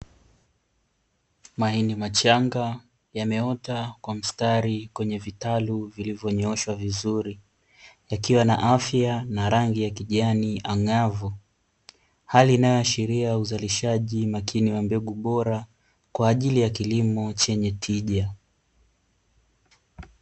Mahindi machanga yameota kwa mstari katika vitalu, vilivyo nyooshwa vizuri, ikiwa na afya na rangi ya kijani ang'avu hali inayoashiria uzalishaji wa mbegu bora kwajili ya kilimo chenye tija.